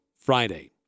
Friday